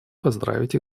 поздравить